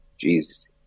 Jesus